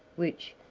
which,